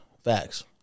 Facts